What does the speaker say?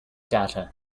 data